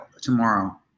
tomorrow